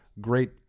great